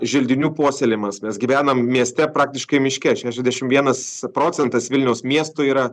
želdinių puoselėjimas mes gyvenam mieste praktiškai miške šešiasdešim vienas procentas vilniaus miesto yra